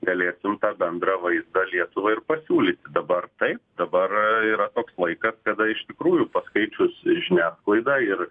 galėsim tą bendrą vaizdą lietuvai ir pasiūlyti dabar taip dabar yra laikas kada iš tikrųjų paskaičius žiniasklaidą ir